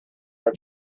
are